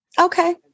Okay